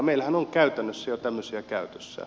meillähän on käytännössä jo tämmöisiä käytössä